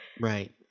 right